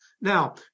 Now